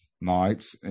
nights